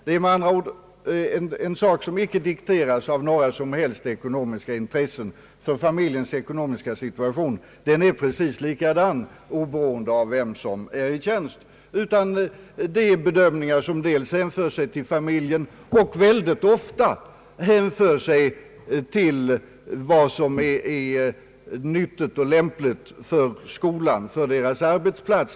Deras handlande dikteras inte av några som helst ekonomiska intressen, ty familjens ekonomiska situation är precis likadan, oberoende av vem som är i tjänst, utan det är interna bedömningar som hänför sig till familjen och mycket ofta till vad som är nyttigt och lämpligt för deras arbetsplats, för skolan.